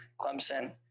clemson